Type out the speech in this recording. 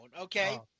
okay